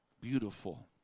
beautiful